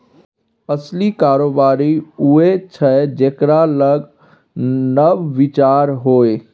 असली कारोबारी उएह छै जेकरा लग नब विचार होए